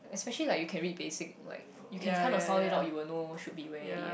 especially like you can read basic like you can kinda sound it out you will know should be where already ah